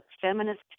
feminist